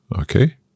Okay